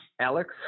Alex